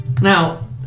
Now